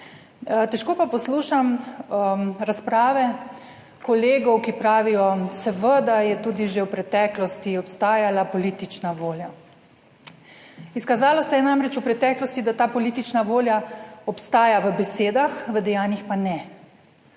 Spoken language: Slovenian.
Težko pa poslušam razprave kolegov, ki pravijo, seveda je tudi že v preteklosti obstajala politična volja. Izkazalo se je namreč v preteklosti, da ta politična volja obstaja v besedah, v dejanjih pa ne.